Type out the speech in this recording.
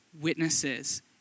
Witnesses